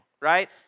right